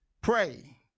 pray